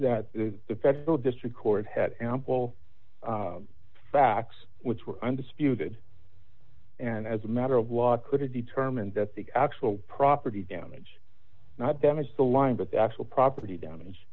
that the federal district court had ample facts which were undisputed and as a matter of law to determine that the actual property damage not damage the line but the actual property d